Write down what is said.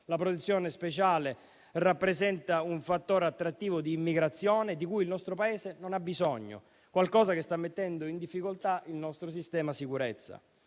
La protezione speciale rappresenta un fattore attrattivo d'immigrazione di cui il nostro Paese non ha bisogno; è qualcosa che sta mettendo in difficoltà il nostro sistema di sicurezza.